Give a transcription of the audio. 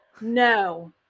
No